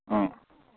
ꯑꯥ